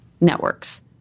networks